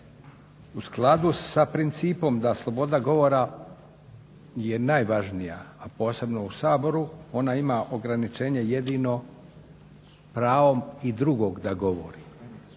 u skladu sa principom da sloboda govora je najvažnija a posebno u Saboru. Ona ima ograničenje jedino pravom i drugog da govori